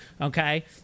okay